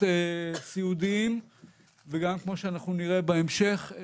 סיעודיים וגם כמו שאנחנו נראה בהמשך,